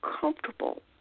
comfortable